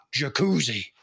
jacuzzi